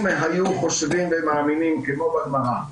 אם הם היו חושבים ומאמינים כמו בגמרא,